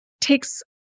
takes